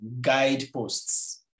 guideposts